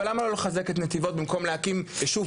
אבל למה לא לחזק את נתיבות במקום להקים יישוב חדש שסמוך אליה.